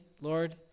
Lord